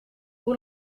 hoe